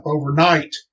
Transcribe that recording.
overnight